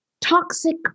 Toxic